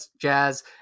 jazz